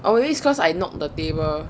always cause I knock the table